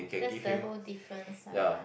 that's the whole difference ah